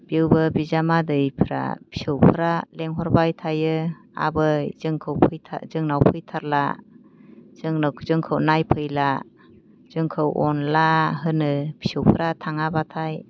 बेवबो बिजामादैफ्रा फिसौफ्रा लेंहरबाय थायो आबै जोंखौ फैथा जोंनाव फैथारला जोंनाव जोंखौ नायफैला जोंखौ अनला होनो फिसौफ्रा थाङा बाथाय